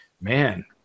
man